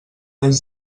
des